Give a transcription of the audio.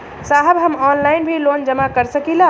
साहब हम ऑनलाइन भी लोन जमा कर सकीला?